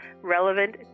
relevant